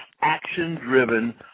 action-driven